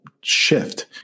shift